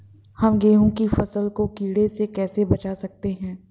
हम गेहूँ की फसल को कीड़ों से कैसे बचा सकते हैं?